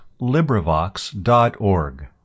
LibriVox.org